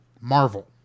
Marvel